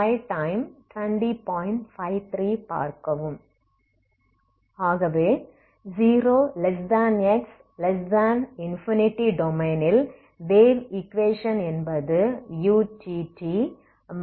ஆகவே 0x∞ டொமைனில் வேவ் ஈக்வேஷன்என்பது utt c2uxx0ஆகும்